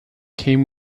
came